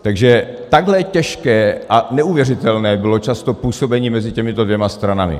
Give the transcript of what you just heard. Takže takhle těžké a neuvěřitelné bylo často působení mezi těmito dvěma stranami.